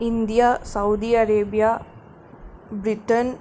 India Saudi Arabia Britain